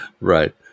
Right